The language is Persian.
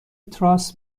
تراس